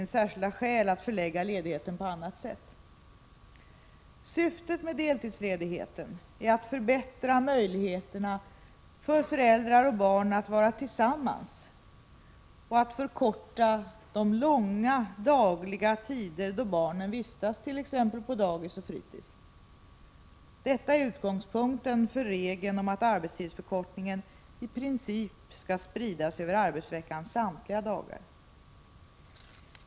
Syftet med deltidsledigheten är att förbättra möjligheterna för föräldrar och barn att vara tillsammans och att förkorta de långa dagliga tider då barnen vistas på t.ex. dagis eller fritis. Detta är utgångspunkten för regeln om att arbetstidsförkortningen i princip skall spridas över arbetsveckans samtliga dagar.